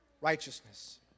righteousness